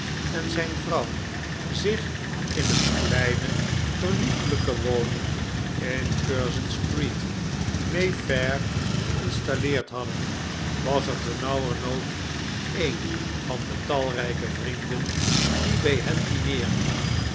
en zijn vrouw zich in een kleine geriefelijke woning in curzon street may fair geinstalleerd hadden was er ternauwernood een van de talrijke vrienden die bij hen